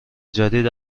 جدید